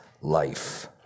life